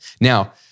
Now